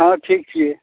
हँ ठीक छिए